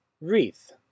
wreath